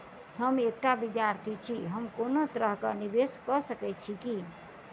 हम एकटा विधार्थी छी, हम कोनो तरह कऽ निवेश कऽ सकय छी की?